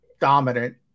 dominant